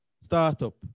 startup